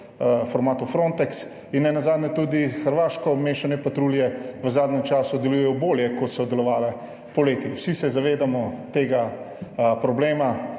v formatu Frontex in nenazadnje tudi hrvaško mešane patrulje v zadnjem času delujejo bolje, kot so delovale poleti. Vsi se zavedamo tega problema